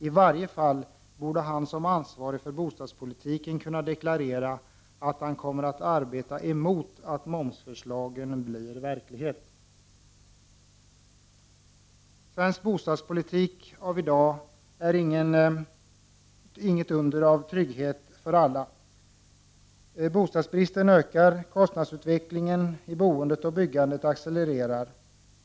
I varje fall borde han som ansvarig för bostadspolitiken kunna deklarera att han kommer att arbeta emot att momsförslagen blir verklighet. Svensk bostadspolitik av i dag är inget under av trygghet för alla. Bostadsbristen ökar. Kostnadsutvecklingen i boendet och byggandet accelererar.